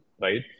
right